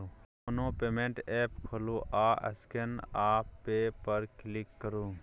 कोनो payment app खोलु आ स्कैन आ पे पर क्लिक करु